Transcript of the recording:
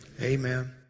Amen